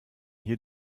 hier